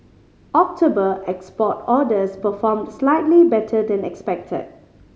October export orders performed slightly better than expected